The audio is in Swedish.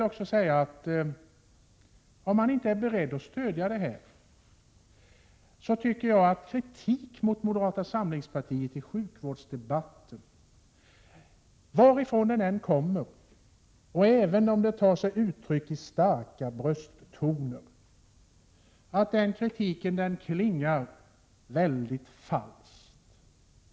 Om man inte är beredd att stödja moderata samlingspartiets förslag, anser jag att kritik mot oss under sjukvårdsdebatter — varifrån den än kommer och även om den tar sig uttryck i starka brösttoner — är märklig och klingar väldigt falskt.